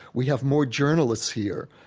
we have more journalists here,